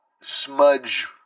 smudge